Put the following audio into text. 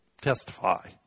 testify